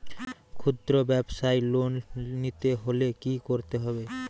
খুদ্রব্যাবসায় লোন নিতে হলে কি করতে হবে?